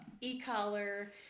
e-collar